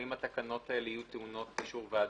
האם התקנות האלה יהיו טעונות אישור ועדה?